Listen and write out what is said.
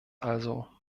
also